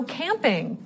camping